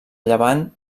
llevant